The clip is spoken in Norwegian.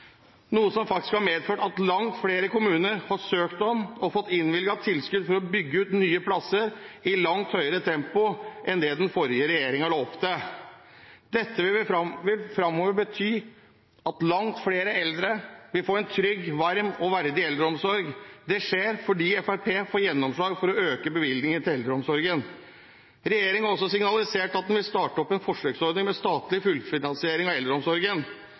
noe som har medført at langt flere kommuner har søkt om og fått innvilget tilskudd for å bygge ut nye plasser i langt høyere tempo enn det den forrige regjeringen lovte. Dette vil fremover bety at langt flere eldre vil få en trygg, varm og verdig eldreomsorg. Det skjer fordi Fremskrittspartiet får gjennomslag for å øke bevilgningene til eldreomsorgen. Regjeringen har også signalisert at den vil starte opp en forsøksordning med statlig fullfinansiering av eldreomsorgen.